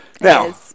now